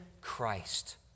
Christ